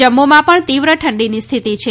જમ્મુમાં પણ તીવ્ર ઠંડીની સ્થિતિ છે